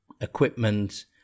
equipment